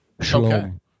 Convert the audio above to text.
Shalom